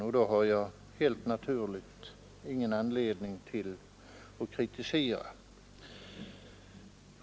Helt naturligt har jag då ingen anledning till kritik.